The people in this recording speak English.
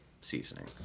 seasoning